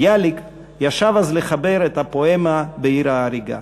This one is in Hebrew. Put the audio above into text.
ביאליק ישב אז לחבר את הפואמה "בעיר ההרגה",